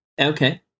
Okay